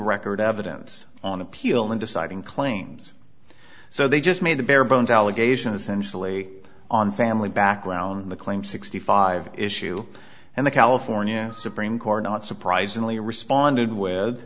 record evidence on appeal in deciding claims so they just made the bare bones allegation essentially on family background the claim sixty five issue and the california supreme court not surprisingly responded w